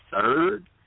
third